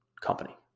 company